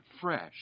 fresh